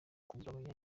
kugabanya